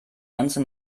ganze